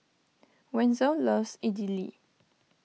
Wenzel loves Idili